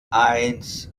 eins